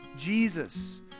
Jesus